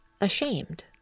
ashamed